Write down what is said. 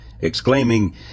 exclaiming